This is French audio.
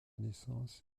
naissance